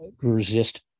resist